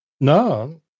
no